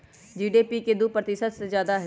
GDP के दु प्रतिशत से जादा हई